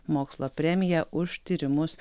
mokslo premija už tyrimus